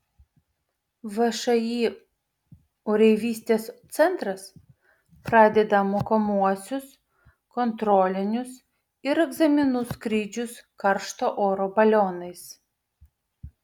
všį oreivystės centras pradeda mokomuosius kontrolinius ir egzaminų skrydžius karšto oro balionais